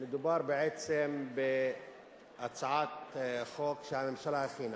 מדובר בהצעת חוק שהממשלה הכינה